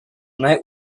night